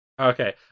Okay